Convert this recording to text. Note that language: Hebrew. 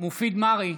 מופיד מרעי,